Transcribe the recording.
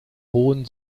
hohen